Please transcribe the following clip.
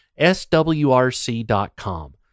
swrc.com